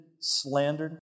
slandered